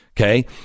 Okay